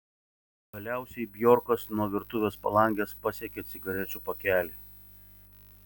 galiausiai bjorkas nuo virtuvės palangės pasiekė cigarečių pakelį